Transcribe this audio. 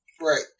Right